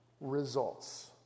results